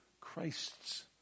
Christ's